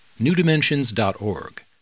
newdimensions.org